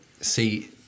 see